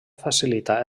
facilita